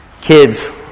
Kids